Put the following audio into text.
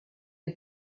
les